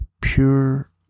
pure